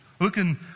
Looking